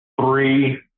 three